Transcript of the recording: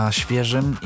świeżym